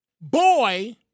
boy